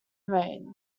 range